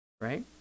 right